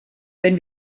wenn